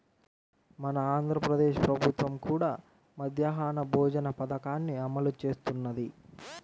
మన ఆంధ్ర ప్రదేశ్ ప్రభుత్వం కూడా మధ్యాహ్న భోజన పథకాన్ని అమలు చేస్తున్నది